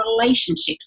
relationships